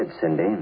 Cindy